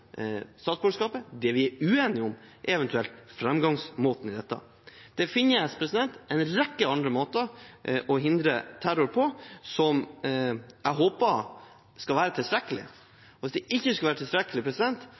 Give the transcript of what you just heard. statsborgerskapet. Det vi er uenige om, er framgangsmåten. Det finnes en rekke andre måter å hindre terror på, som jeg håper skal være tilstrekkelig. Hvis det ikke skulle være tilstrekkelig,